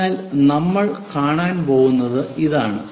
അതിനാൽ നമ്മൾ കാണാൻ പോകുന്നത് ഇതാണ്